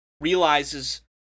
realizes